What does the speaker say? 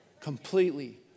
completely